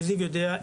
וזיו יודע,